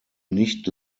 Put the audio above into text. nicht